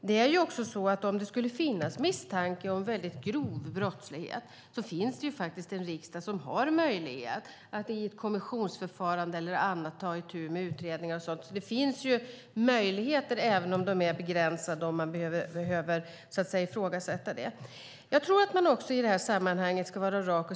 Det är också så att om det skulle finnas misstanke om väldigt grov brottslighet finns det faktiskt en riksdag som har möjlighet att i ett kommissionsförfarande eller annat ta itu med utredningar och sådant. Det finns alltså möjligheter även om de är begränsade, om man behöver ifrågasätta det. Jag tror att man i det här sammanhanget ska vara rak.